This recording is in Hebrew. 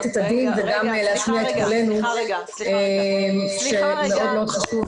את הדין וגם להשמיע את קולנו שמאוד מאוד חשוב,